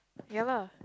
ya lah